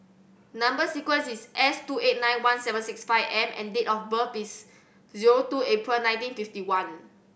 number sequence is S two eight nine one seven six five M and date of birth is zero two April nineteen fifty one